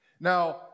Now